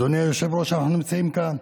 אדוני היושב-ראש, אנחנו נמצאים כאן,